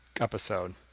episode